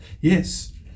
yes